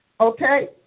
okay